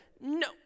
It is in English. No